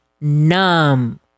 Numb